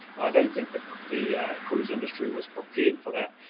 i don't think the the cruise industry was prepared for that,